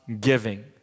giving